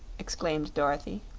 exclaimed dorothy.